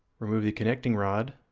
remove the connecting rod,